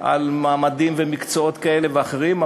על מעמדים ומקצועות כאלה ואחרים,